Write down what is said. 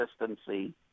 consistency